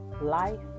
life